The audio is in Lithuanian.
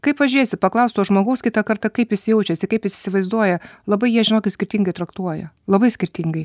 kaip pažiūrėsi paklausk to žmogaus kitą kartą kaip jis jaučiasi kaip jis įsivaizduoja labai jie žinokit skirtingai traktuoja labai skirtingai